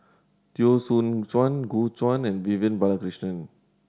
Teo Soon Chuan Gu Juan and Vivian Balakrishnan